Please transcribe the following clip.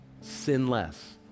Sinless